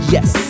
Yes